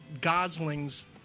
Gosling's